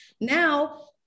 Now